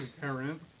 Parent